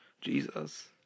Jesus